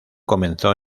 comenzó